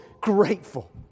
grateful